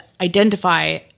identify